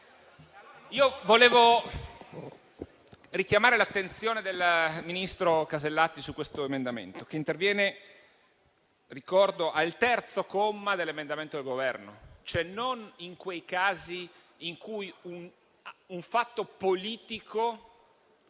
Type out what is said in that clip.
vorrei richiamare l'attenzione del ministro Casellati su questo emendamento, che interviene - lo ricordo - sul terzo comma dell'emendamento del Governo. Non concerne quindi quei casi in cui un fatto politico